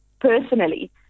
personally